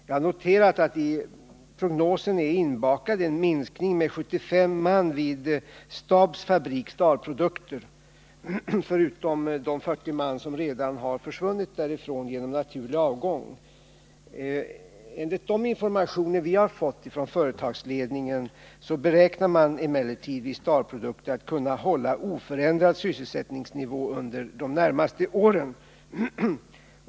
Jag noterar att i prognosen är det inbakat en minskning med 75 man vid STAB:s fabrik, Starprodukter, förutom de 40 som redan försvunnit därifrån genom naturlig avgång. Enligt de informationer vi har fått från företagsledningen beräknar man emellertid vid Starprodukter att kunna hålla oförändrad sysselsättningsnivå under de närmaste åren.